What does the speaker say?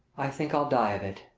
i think i'll die of it.